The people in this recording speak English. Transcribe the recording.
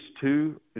two